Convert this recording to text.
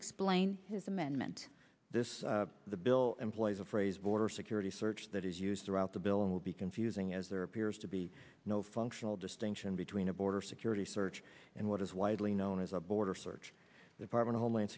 explain his amendment this the bill employs a phrase border security search that is used throughout the bill and will be confusing as there appears to be no functional distinction between a border security search and what is widely known as a border search department homeland